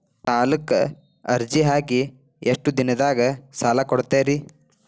ಸಾಲಕ ಅರ್ಜಿ ಹಾಕಿ ಎಷ್ಟು ದಿನದಾಗ ಸಾಲ ಕೊಡ್ತೇರಿ?